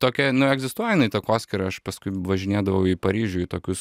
tokia na egzistuoja jinai takoskyra aš paskui važinėdavau į paryžių į tokius